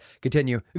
continue